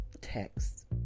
text